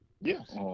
Yes